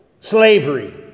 Slavery